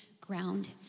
ground